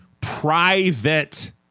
private